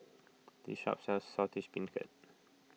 this shop sells Saltish Beancurd